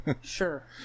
Sure